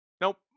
Nope